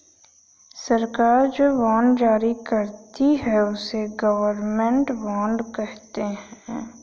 सरकार जो बॉन्ड जारी करती है, उसे गवर्नमेंट बॉन्ड कहते हैं